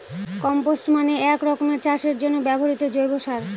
compost মানে এক রকমের চাষের জন্য ব্যবহৃত জৈব সার